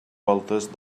voltes